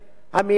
את העם,